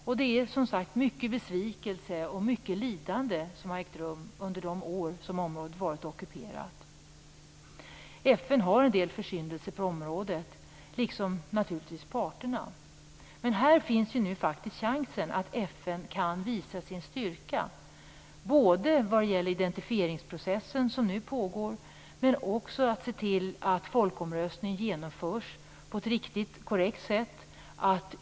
De år som området har varit ockuperat har inneburit mycket av besvikelse och av lidande. FN har liksom naturligtvis parterna en del försyndelser på området, men nu finns faktiskt chansen för FN att visa sin styrka, både vad gäller den identifieringsprocess som nu pågår och vad gäller genomförandet av folkomröstningen på ett korrekt sätt.